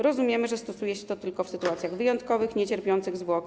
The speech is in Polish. Rozumiemy, że stosuje się to tylko w sytuacjach wyjątkowych, niecierpiących zwłoki.